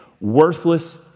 Worthless